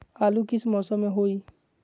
आलू किस मौसम में होई?